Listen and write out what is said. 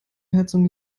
heizung